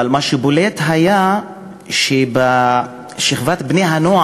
אבל מה שהיה בולט הוא שבשכבת בני-הנוער